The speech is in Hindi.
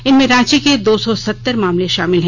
इनमें रांची के दो सौ सतर मामले भाामिल हैं